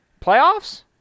Playoffs